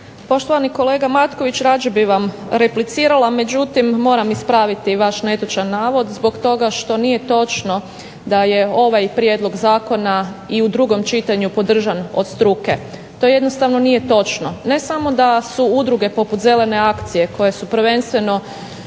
Poštovani kolega Matković, rađe bi vam replicirala. Međutim, moram ispraviti vaš netočan navod zbog toga što nije točno da je ovaj prijedlog zakona i u drugom čitanju podržan od struke. To jednostavno nije točno. Ne samo da su udruge poput "Zelene akcije" koje su prvenstveno